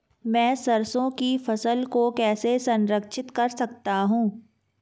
मैं सरसों की फसल को कैसे संरक्षित कर सकता हूँ?